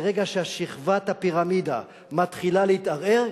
ברגע ששכבת הפירמידה מתחילה להתערער,